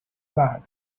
بعد